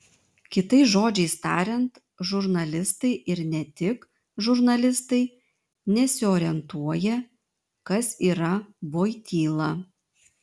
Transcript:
kitais žodžiais tariant žurnalistai ir ne tik žurnalistai nesiorientuoja kas yra voityla